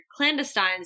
clandestines